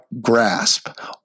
grasp